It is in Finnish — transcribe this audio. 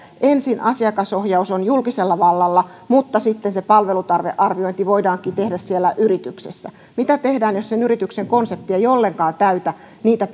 ensin asiakasohjaus on julkisella vallalla mutta sitten se palvelutarvearviointi voidaankin tehdä siellä yrityksessä mitä tehdään jos sen yrityksen konsepti ei ollenkaan täytä niitä